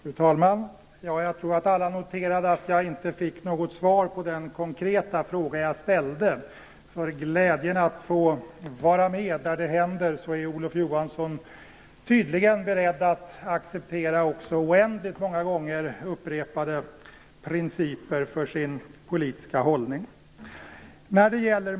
Fru talman! Jag tror att alla noterade att jag inte fick något svar på den konkreta fråga som jag ställde. För glädjen att få vara med där något händer är Olof Johansson tydligen beredd att acceptera också oändligt många gånger upprepade principer för sin politiska hållning.